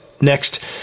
Next